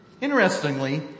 Interestingly